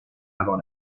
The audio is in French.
avant